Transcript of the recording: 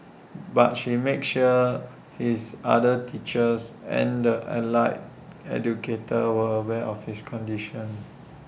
but she made sure his other teachers and the allied educator were aware of his condition